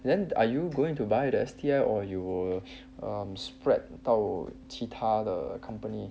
then are you going to buy the S_T_I or you will spread 到其他的 company